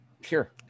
Sure